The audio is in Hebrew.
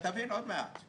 אתה תבין עוד מעט.